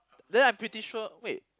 then I'm pretty sure wait